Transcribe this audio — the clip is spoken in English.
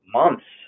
months